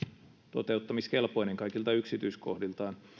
toteuttamiskelpoinen kaikilta yksityiskohdiltaan